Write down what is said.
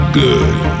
good